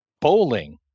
bowling